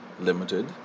Limited